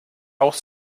auch